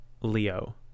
Leo